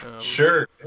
Sure